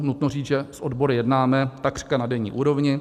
Nutno říct, že s odbory jednáme takřka na denní úrovni.